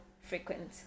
frequent